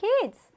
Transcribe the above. kids